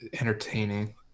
entertaining